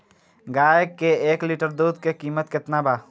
गाए के एक लीटर दूध के कीमत केतना बा?